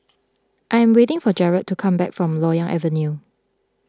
I'm waiting for Jarrell to come back from Loyang Avenue